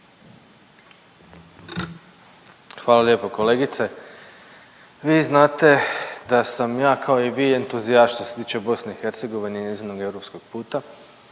Hvala lijepo. Kolegice, vi znate da sam ja kao i vi entuzijast što se tiče BiH i njezinog europskog puta,